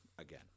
again